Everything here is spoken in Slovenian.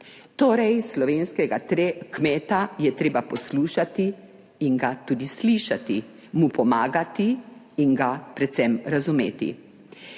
Torej, slovenskega kmeta je treba poslušati in ga tudi slišati, mu pomagati in ga predvsem razumeti.